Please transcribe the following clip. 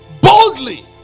boldly